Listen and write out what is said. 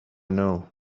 know